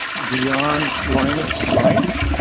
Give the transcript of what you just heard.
beyond line-of-sight.